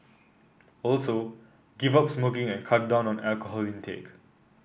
also give up smoking and cut down on alcohol intake